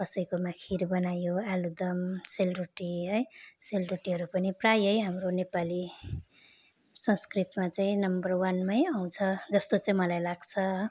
कसैकोमा खिर बनायो आलुदम सेलरोटी है सेलरोटीहरू पनि प्रायैः हाम्रो नेपाली संस्कृतिमा चाहिँ नम्बर वानमै आउँछ जस्तो चाहिँ मलाई लाग्छ